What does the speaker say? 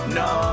no